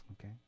Okay